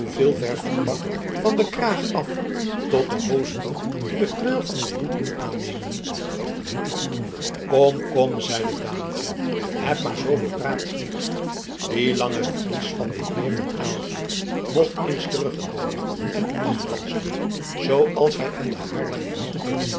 veelvervig pak van den kraag af tot de hoos toe de kleur van uw bloed doen aannemen kom kom zeide daamke heb maar zooveel praats niet die lange fries van den heer van aylva mocht eens terugkomen en u afranselen zooals hij in den haarlemmerhout